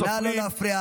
סופרים,